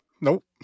Nope